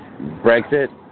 Brexit